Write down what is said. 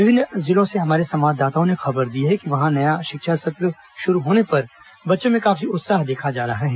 विभिन्न जिलों से हमारे संवाददाताओं ने भी खबर दी है कि वहां नया शिक्षा सत्र होने पर बच्चों में काफी उत्साह देखा जा रहा है